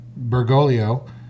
Bergoglio